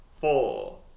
four